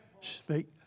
Speak